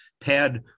pad